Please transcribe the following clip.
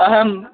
अहं